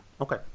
okay